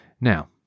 Now